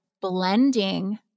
blending